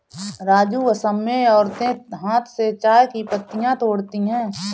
राजू असम में औरतें हाथ से चाय की पत्तियां तोड़ती है